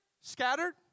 scattered